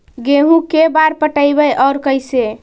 गेहूं के बार पटैबए और कैसे?